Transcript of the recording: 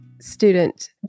student